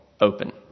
open